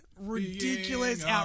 ridiculous